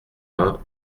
vingt